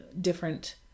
different